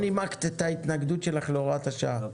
לא נימקת את ההתנגדות שלך להוראת השעה.